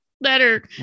better